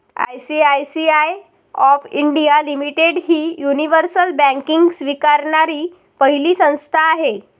ICICI of India limited ही universal banking स्वीकारणारी पहिली संस्था आहे